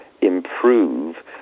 improve